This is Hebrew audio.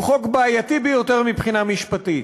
הוא חוק בעייתי ביותר מבחינה משפטית.